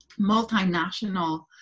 multinational